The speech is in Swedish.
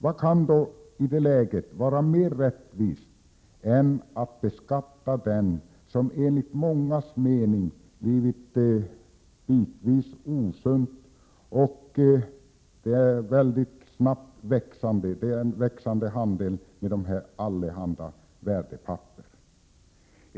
Vad kan då, i det läget, vara mer rättvist än att beskatta den enligt mångas mening bitvis osunda och mycket snabbt växande handeln med dessa allehanda värdepapper.